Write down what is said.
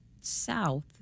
south